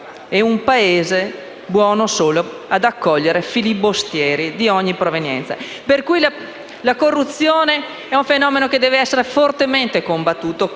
un Paese buono solo ad accogliere filibustieri di ogni provenienza. La corruzione, quindi, è un fenomeno che deve essere fortemente combattuto,